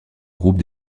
groupe